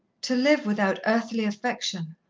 to live without earthly affection,